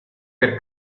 per